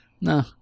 no